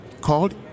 called